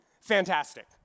Fantastic